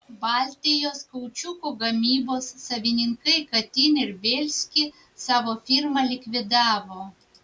baltijos kaučiuko gamybos savininkai katin ir bielsky savo firmą likvidavo